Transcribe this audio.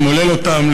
ממולל אותם,